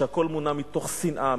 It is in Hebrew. כשהכול מונע מתוך שנאה,